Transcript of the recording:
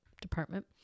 department